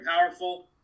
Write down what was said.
powerful